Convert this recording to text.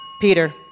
Peter